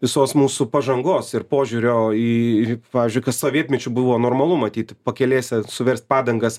visos mūsų pažangos ir požiūrio į pavyzdžiui kas sovietmečiu buvo normalu matyt pakelėse suverst padangas